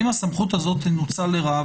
אם הסמכות הזאת נוצלה לרעה,